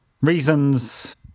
reasons